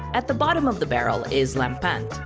at the bottom of the barrel is lampante.